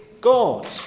God